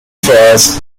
fairs